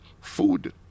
Food